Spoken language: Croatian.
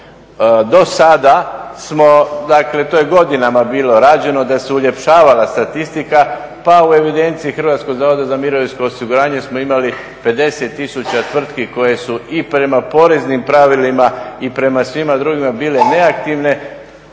Dosada smo, dakle to je godinama bilo rađeno, da se uljepšavala statistika, pa u evidenciji Hrvatskog zavoda za mirovinsko osiguranje smo imali 50 tisuća tvrtki koje su i prema poreznim pravilima i prema svima drugima bile neaktivne,